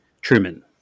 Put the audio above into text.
Truman